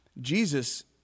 Jesus